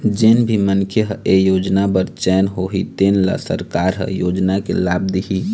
जेन भी मनखे ह ए योजना बर चयन होही तेन ल सरकार ह योजना के लाभ दिहि